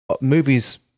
movies